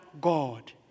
God